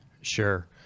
Sure